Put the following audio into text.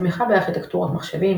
תמיכה בארכיטקטורות מחשבים,